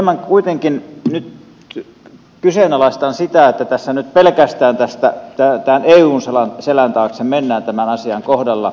hieman kuitenkin nyt kyseenalaistan sitä että tässä nyt pelkästään tämän eun selän taakse mennään tämän asian kohdalla